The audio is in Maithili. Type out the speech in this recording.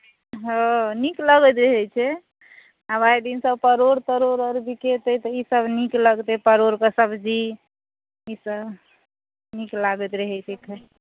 हँ नीक लगैत रहैत छै आब आइ दिनसँ परोड़ तरोड़ आओर बिकेतै तऽ ईसभ नीक लगतै परोड़के सब्जी ईसभ नीक लागैत रहैत छै खायमे